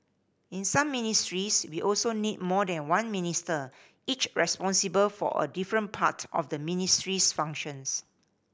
in some ministries we also need more than one Minister each responsible for a different part of the ministry's functions